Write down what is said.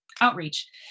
outreach